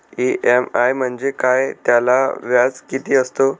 EMI म्हणजे काय? त्याला व्याज किती असतो?